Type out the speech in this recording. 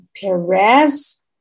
Perez